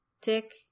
tick